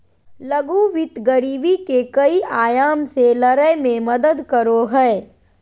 लघु वित्त गरीबी के कई आयाम से लड़य में मदद करो हइ